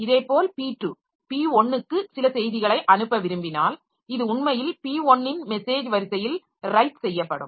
இதேபோல் p2 p1 க்கு சில செய்திகளை அனுப்ப விரும்பினால் இது உண்மையில் p1 ன் மெசேஜ் வரிசையில் ரைட் செய்யப்படும்